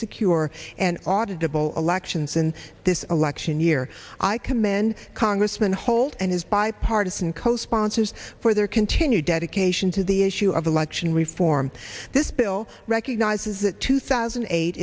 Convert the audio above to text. secure and audible elections in this election year i commend congressman holt and his bipartisan co sponsors for their continued dedication to the issue of election reform this bill recognizes that two thousand and eight